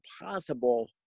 impossible